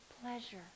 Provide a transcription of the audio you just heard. pleasure